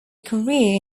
career